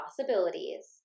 possibilities